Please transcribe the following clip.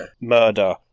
murder